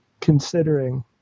considering